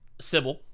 Sybil